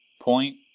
point